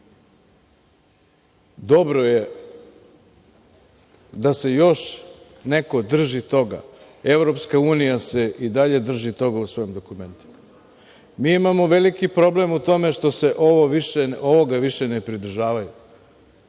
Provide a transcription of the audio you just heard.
dobro je da se još neko drži toga. Evropska unija se i dalje drži toga u svom dokumentu. Mi imamo velike problem što se Kosovo prijavljuje